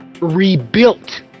rebuilt